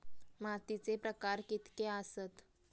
मातीचे प्रकार कितके आसत?